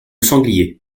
sanglier